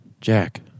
Jack